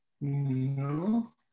No